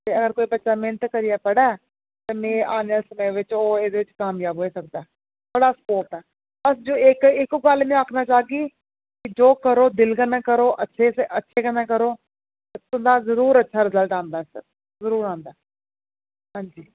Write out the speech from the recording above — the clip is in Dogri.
ते अगर कोई बच्चा मेह्नत करियै पढ़ै कन्नै आने आह्ले समें बिच ओह् एह्दे बिच कामयाब होई सकदा ऐ बड़ा स्कोप ऐ बस जो इक इक गल्ल में आखना चाह्गी कि जो करो दिल कन्नै करो अच्छे शा अच्छे कन्नै करो तुंदा जरूर अच्छा रिजल्ट औंदा ऐ फ्ही जरूर औंदा ऐ हांजी